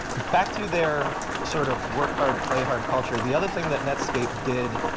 back to their sort of work hard, play hard culture. the other thing that netscape did,